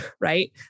right